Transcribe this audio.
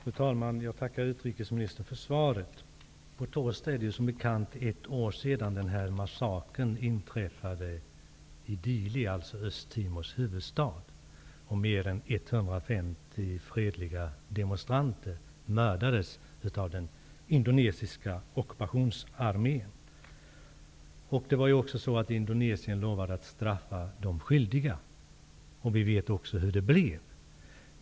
Fru talman! Jag tackar utrikesministern för svaret. På torsdag är det som bekant ett år sedan den här massakern inträffade i Dili, Östtimors huvudstad. Indonesien lovade att straffa de skyldiga. Vi vet också hur det blev.